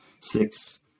six